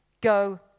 go